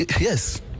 Yes